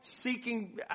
seeking